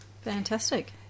Fantastic